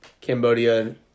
Cambodia